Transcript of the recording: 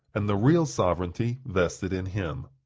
and the real sovereignty vested in him.